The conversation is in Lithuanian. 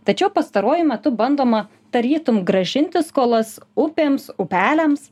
tačiau pastaruoju metu bandoma tarytum grąžinti skolas upėms upeliams